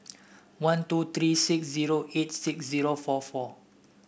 one two three six zero eight six zero four four